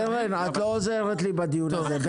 קרן, את לא עוזרת לי בדיון הזה.